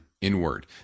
inward